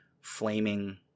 flaming